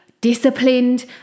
disciplined